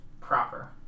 proper